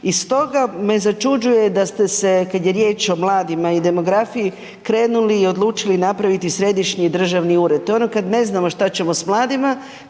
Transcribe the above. I stoga me začuđuje da ste se, kad je riječ o mladima i demografiji, krenuli i odlučili napraviti središnji državni ured. To je ono kad ne znamo što ćemo s mladima,